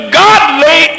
godly